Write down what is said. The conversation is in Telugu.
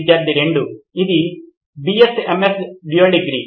స్టూడెంట్ 2 ఇది బిఎస్ఎంఎస్ డ్యూయల్ డిగ్రీ